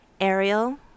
Ariel